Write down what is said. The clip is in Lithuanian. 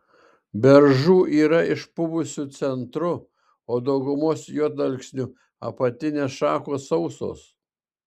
beržų yra išpuvusiu centru o daugumos juodalksnių apatinės šakos sausos